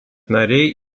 nariai